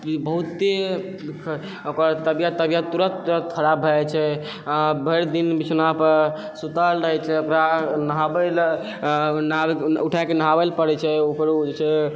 बहुते ओकर तबियत अबियत तुरन्त तुरन्त बहुत खराब भऽ जाइ छै भरिदिन बिछौनापर सुतल रहै छै ओकरा नहाबै लऽ उठाके नहाबए लए पड़ै छै